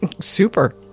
Super